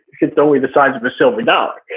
it's only the size of a silver dollar.